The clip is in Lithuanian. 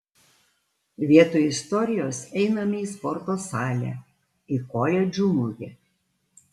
vietoj istorijos einame į sporto salę į koledžų mugę